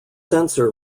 sensor